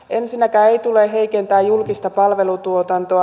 ensinnäkään ei tule heikentää julkista palvelutuotantoa